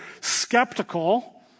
skeptical